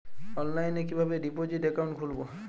অনলাইনে কিভাবে deposit account খুলবো?